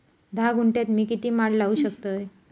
धा गुंठयात मी किती माड लावू शकतय?